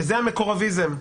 שזה המקורבים,